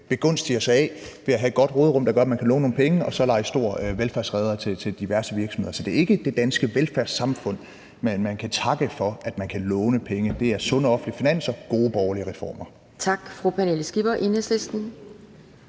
begunstiger sig af ved at have et godt råderum, der gør, at man kan låne nogle penge og så lege stor velfærdsredder over for diverse virksomheder. Så det er ikke det danske velfærdssamfund, man kan takke for, at man kan låne penge. Det er sunde offentlige finanser, gode borgerlige reformer.